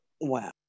Wow